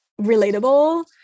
relatable